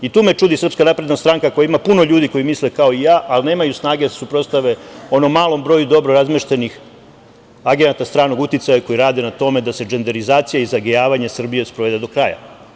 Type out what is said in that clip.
Tu me čudi SNS, koja ima puno ljudi koji misle kao i ja, ali nemaju snage da se suprotstave onom malom broju dobro razmeštenih agenata stranog uticaja koji rade na tome da se dženderizacija i zagejavanje Srbije sprovede do kraja.